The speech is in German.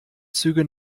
züge